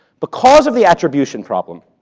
because of the attribution problem,